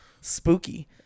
spooky